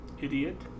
Idiot